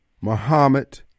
Muhammad